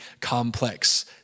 complex